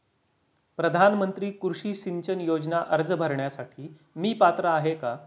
प्रधानमंत्री कृषी सिंचन योजना अर्ज भरण्यासाठी मी पात्र आहे का?